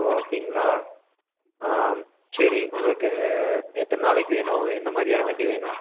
ஓ அப்படிங்களா ஆ சரி உங்களுக்கு எத்தனை நாளைக்கு வேணும் எந்த மாதிரியான வண்டி வேணும்